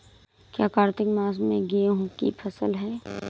क्या कार्तिक मास में गेहु की फ़सल है?